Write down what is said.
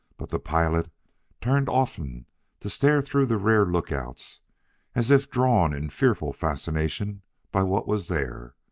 but the pilot turned often to stare through the rear lookouts as if drawn in fearful fascination by what was there.